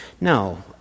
No